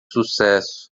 sucesso